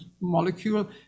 molecule